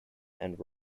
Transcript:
and